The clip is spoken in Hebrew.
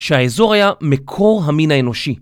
שהאזור היה מקור המין האנושי.